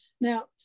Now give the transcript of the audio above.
Now